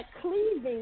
cleaving